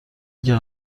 اگر